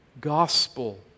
gospel